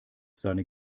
seine